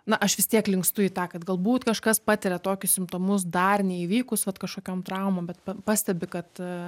na aš vistiek linkstu į tą kad galbūt kažkas patiria tokius simptomus dar neįvykus vat kažkokiom traumom bet pastebi kad